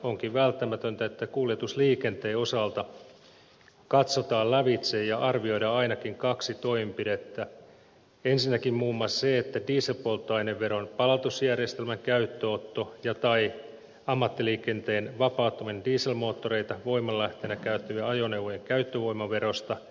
onkin välttämätöntä että kuljetusliikenteen osalta katsotaan lävitse ja arvioidaan ainakin kaksi toimenpidettä ensinnäkin muun muassa dieselpolttoaineveron palautusjärjestelmän käyttöönotto tai ammattiliikenteen vapauttaminen dieselmoottoreita voimanlähteenä käyttävien ajoneuvojen käyttövoimaverosta